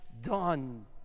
done